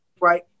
right